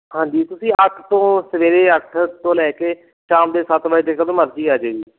ਹਾਂਜੀ ਤੁਸੀਂ ਅੱਠ ਤੋਂ ਸਵੇਰੇ ਅੱਠ ਤੋਂ ਲੈ ਕੇ ਸ਼ਾਮ ਦੇ ਸੱਤ ਵਜੇ ਤੱਕ ਜਦੋਂ ਮਰਜ਼ੀ ਆ ਜਿਓ ਜੀ